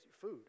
Food